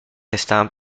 estaban